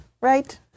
right